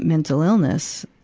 mental illness,